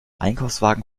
einkaufswagen